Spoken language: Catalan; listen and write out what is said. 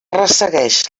ressegueix